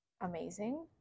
amazing